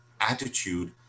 attitude